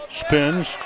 spins